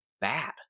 bad